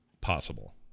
possible